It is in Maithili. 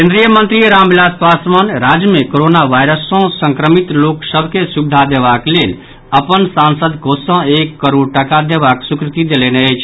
केन्द्रीय मंत्री रामविलास पासवान राज्य मे कोरोना वायरस सॅ संक्रमित लोक सभ के सुविधा देबाक लेल अपन सांसद कोष सॅ एक करोड़ टाका देबाक स्वीकृति देलनि अछि